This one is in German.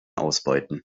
ausbeuten